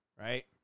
right